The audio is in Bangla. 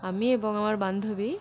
আমি এবং আমার বান্ধবী